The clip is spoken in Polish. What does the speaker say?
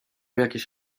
jakieś